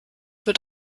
wird